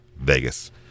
Vegas